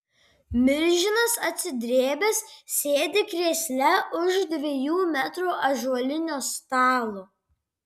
milžinas atsidrėbęs sėdi krėsle už dviejų metrų ąžuolinio stalo